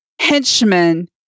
henchman